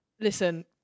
Listen